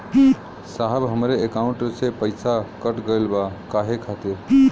साहब हमरे एकाउंट से पैसाकट गईल बा काहे खातिर?